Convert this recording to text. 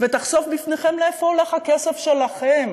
ותחשוף לפניכם לאן הולך הכסף שלכם?